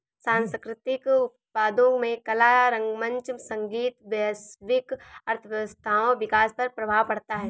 सांस्कृतिक उत्पादों में कला रंगमंच संगीत वैश्विक अर्थव्यवस्थाओं विकास पर प्रभाव पड़ता है